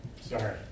Sorry